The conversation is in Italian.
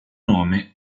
nome